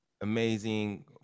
amazing